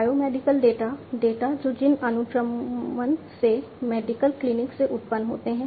biomedical data data जो जीन अनुक्रमण से मेडिकल क्लीनिक से उत्पन्न होते हैं